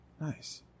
nice